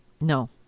no